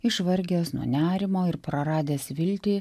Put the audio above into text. išvargęs nuo nerimo ir praradęs viltį